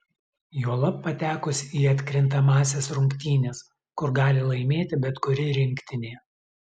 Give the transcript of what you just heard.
juolab patekus į atkrintamąsias rungtynes kur gali laimėti bet kuri rinktinė